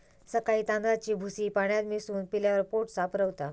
सकाळी तांदळाची भूसी पाण्यात मिसळून पिल्यावर पोट साफ रवता